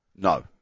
No